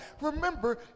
remember